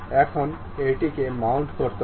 এখন এটিকে মাউন্ট করতে হবে